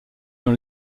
dans